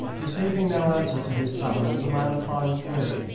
receiving no answer to his summons, the man climbed through,